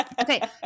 Okay